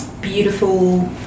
beautiful